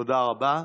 תודה רבה.